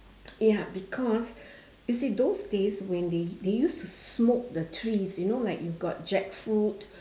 ya because you see those days when they they used to smoke the trees you know like you got jackfruit